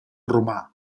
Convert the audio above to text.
romà